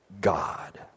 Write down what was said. God